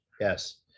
Yes